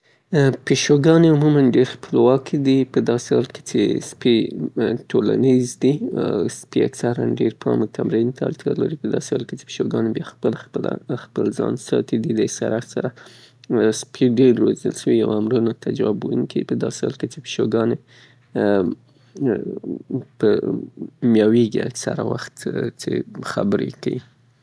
پيشوګانې عموماً ډېر خپلواکې دي، په داسې حال کې چې سپي ټولنيز دي. سپي اکثراً ډېر پام او تمرين ته اړتيا لري، په داسې حال کې چې پيشوګانو اکثر خپل - خپله خپل ځان ساتي. سپي ډېر روزل سوي او امرونو ته ځواب ويونکي دي، په داسې حال چې پيشوګانې ميوېږي اکثره وخت چې خبرې کوي.